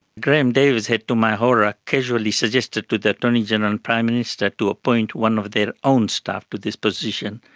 graham davis had, to my horror, casually suggested to the attorney general and the prime minister to appoint one of their own staff to this position.